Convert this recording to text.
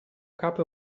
capo